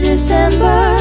December